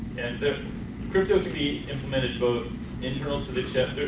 and the crypto could be implemented both internal to the chip,